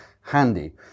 handy